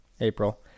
April